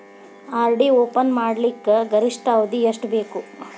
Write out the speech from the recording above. RD open ಮಾಡಲಿಕ್ಕ ಗರಿಷ್ಠ ಅವಧಿ ಎಷ್ಟ ಬೇಕು?